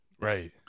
right